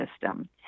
system